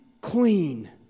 clean